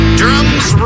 drums